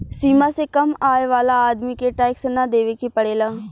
सीमा से कम आय वाला आदमी के टैक्स ना देवेके पड़ेला